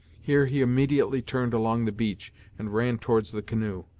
here he immediately turned along the beach and ran towards the canoe.